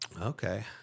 Okay